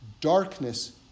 Darkness